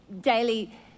daily